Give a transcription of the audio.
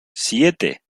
siete